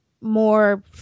more